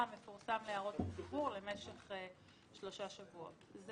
מפורסם להערות הציבור למשך שלושה שבועות.